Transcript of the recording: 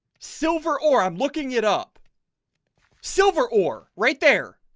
silver or i'm looking it up silver or right there